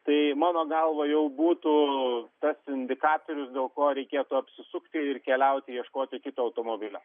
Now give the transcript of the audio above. tai mano galva jau būtų tas indikatorius dėl ko reikėtų apsisukti ir keliauti ieškoti kito automobilio